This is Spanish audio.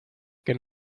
que